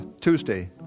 Tuesday